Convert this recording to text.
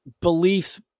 beliefs